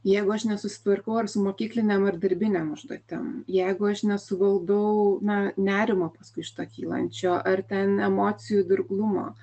jeigu aš nesusitvarkau ar su mokyklinėm ar darbinėm užduotim jeigu aš nesuvaldau na nerimo paskui šito kylančio ar ten emocijų dirglumo